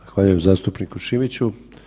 Zahvaljujem zastupniku Šimiću.